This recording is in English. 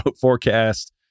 forecast